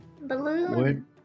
Balloon